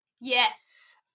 Yes